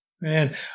Man